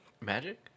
Magic